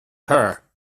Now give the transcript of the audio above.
her